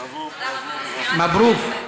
מברוכ.